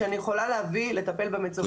שאני יכולה להביא לטפל במצוקים.